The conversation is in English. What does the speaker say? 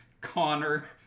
Connor